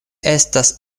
estas